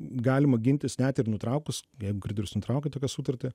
galima gintis net ir nutraukus jeigu kreditorius nutraukė tokią sutartį